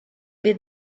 beat